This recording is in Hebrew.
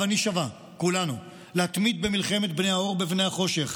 הבה נישבע כולנו להתמיד במלחמת בני האור בבני החושך.